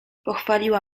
pochwaliła